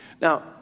Now